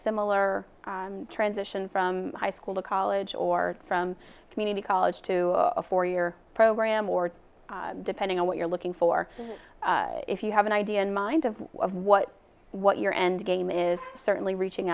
similar transition from high school to college or from community college to a four year program or depending on what you're looking for if you have an idea in mind of what what your end game is certainly reaching